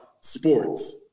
sports